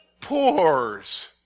pours